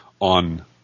On